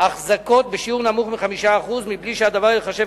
החזקות בשיעור נמוך מ-5% מבלי שהדבר ייחשב